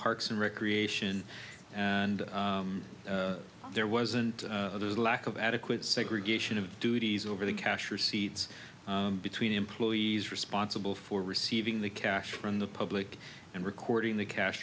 parks and recreation and there wasn't a lack of adequate segregation of duties over the cash receipts between employees responsible for receiving the cash from the public and recording the cash